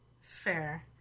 Fair